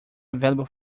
available